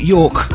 York